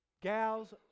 gals